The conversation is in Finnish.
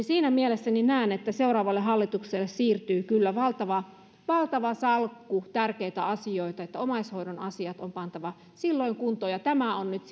siinä mielessä näen että seuraavalle hallitukselle siirtyy kyllä valtava valtava salkku tärkeitä asioita omaishoidon asiat on pantava silloin kuntoon ja tämä on nyt